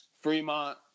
Fremont